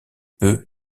peu